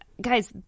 Guys